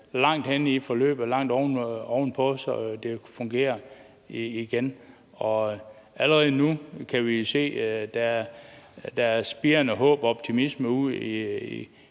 langt henne i forløbet og ovenpå, så det fungerer igen. Allerede nu kan vi se, at der er spirende håb og optimisme ude i